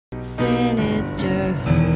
Sinister